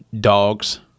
dogs